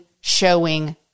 showing